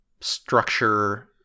structure